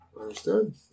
Understood